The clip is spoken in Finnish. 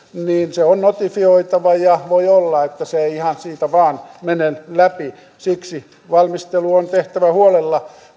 se on notifioitava ja voi olla että se ei ihan siitä vaan mene läpi siksi valmistelu on tehtävä huolella